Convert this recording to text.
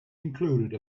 included